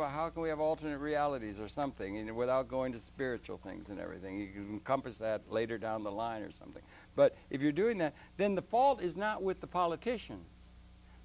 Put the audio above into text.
about how can we have alternate realities or something in it without going to spiritual things and everything compass that later down the line or something but if you're doing that then the fault is not with the politicians